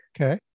Okay